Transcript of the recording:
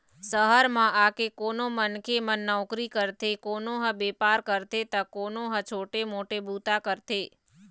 सहर म आके कोनो मनखे मन नउकरी करथे, कोनो ह बेपार करथे त कोनो ह छोटे मोटे बूता करथे